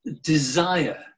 desire